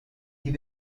die